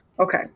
Okay